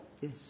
Yes